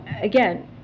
Again